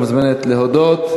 מוזמנת להודות.